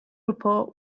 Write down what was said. report